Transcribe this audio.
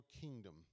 kingdom